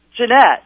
Jeanette